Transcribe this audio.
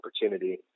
opportunity